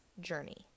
journey